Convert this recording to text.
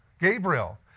Gabriel